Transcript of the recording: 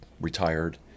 retired